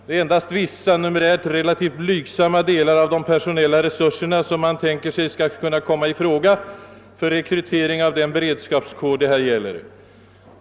Det är endast vissa, numerärt relativt blygsamma delar av de personella resurserna som man tänker sig skall kunna komma i fråga för rekrytering av den beredskapskår det här gäller.